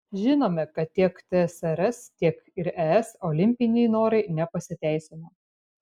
žinome kad tiek tsrs tiek ir es olimpiniai norai nepasiteisino